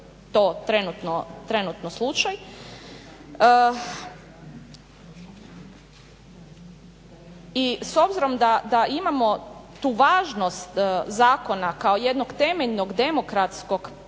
I s obzirom da imamo tu važnost zakona kao jednog temeljnog demokratskog prava